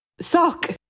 Sock